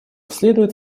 следует